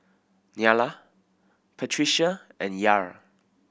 Nyla Patricia and Yair